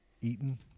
Eaton